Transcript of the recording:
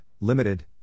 Limited